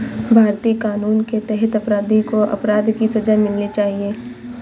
भारतीय कानून के तहत अपराधी को अपराध की सजा मिलनी चाहिए